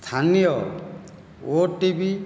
ସ୍ଥାନୀୟ ଓଟିଭି